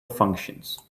functions